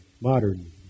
modern